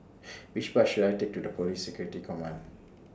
Which Bus should I Take to Police Security Command